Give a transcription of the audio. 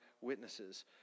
witnesses